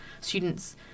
students